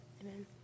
Amen